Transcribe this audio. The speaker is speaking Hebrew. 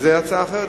זו הצעה אחרת.